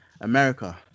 America